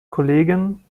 kollegen